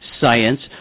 science